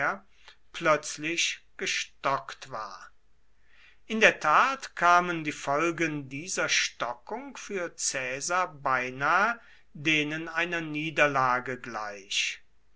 plötzlich gestockt war in der tat kamen die folgen dieser stockung für caesar beinahe denen einer niederlage gleich